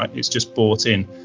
it's just brought in,